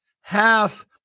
half